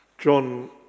John